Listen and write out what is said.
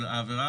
אבל זו עבירה